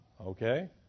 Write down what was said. Okay